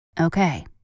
Okay